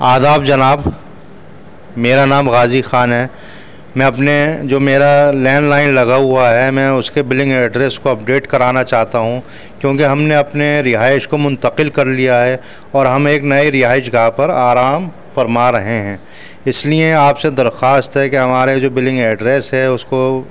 آداب جناب میرا نام غازی خان ہے میں اپنے جو میرا لینڈ لائن لگا ہوا ہے میں اس کے بلنگ ایڈریس کو اپڈیٹ کرانا چاہتا ہوں کیونکہ ہم نے اپنے رہائش کو منتقل کر لیا ہے اور ہم ایک نئے رہائش گاہ پر آرام فرما رہے ہیں اس لیے آپ سے درخواست ہے کہ ہمارے جو بلنگ ایڈریس ہے اس کو